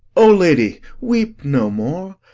o lady, weep no more,